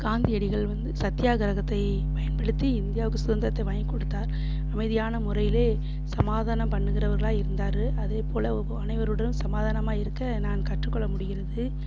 காந்தியடிகள் வந்து சத்தியாகிரகத்தை பயன்படுத்தி இந்தியாவுக்கு சுதந்திரத்த வாங்கிக் கொடுத்தார் அமைதியான முறையில் சமாதானம் பண்ணுகிறவர்களாக இருந்தார் அதேபோல் அனைவருடனும் சமாதானமாக இருக்க நான் கற்றுக்கொள்ள முடிகிறது